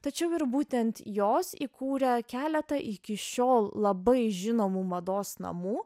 tačiau ir būtent jos įkūrė keletą iki šiol labai žinomų mados namų